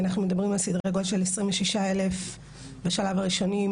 אנחנו מדברים על סדרי גודל של 26 אלף בשלב הראשוני,